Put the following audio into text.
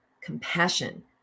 compassion